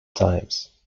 times